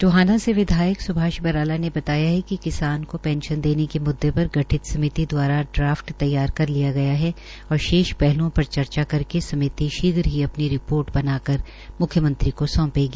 टोहाना से विधायक स्भाष बराला ने बताया कि किसान को पेंशन देने के म्द्दे पर गठित समिति दवारा ड्राफ्ट तैयार कर लिया गया है और शेष पहल्ओं पर चर्चा करके समिति शीघ्र ही अपनी रिपोर्ट बना कर म्ख्यमंत्री को सौंपेगी